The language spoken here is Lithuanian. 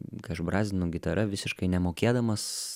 kai aš brazdinu gitara visiškai nemokėdamas